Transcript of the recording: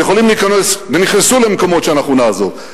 ויכולים להיכנס, ונכנסו למקומות שאנחנו נעזוב.